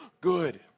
good